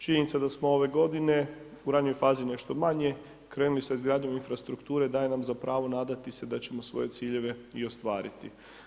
Činjenica da smo ove godine u ranijoj fazi nešto manje krenuli sa izgradnjom infrastrukture daje nam za pravo nadati se da ćemo svoje ciljeve i ostvariti.